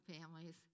families